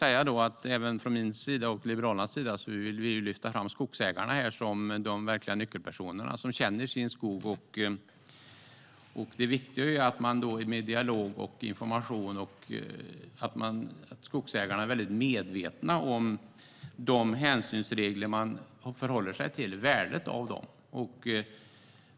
Även jag och Liberalerna vill lyfta fram skogsägarna som de verkliga nyckelpersonerna som känner sin skog. Det viktiga är att vi med hjälp av dialog och information gör skogsägarna medvetna om värdet av de hänsynsregler man har att förhålla sig till.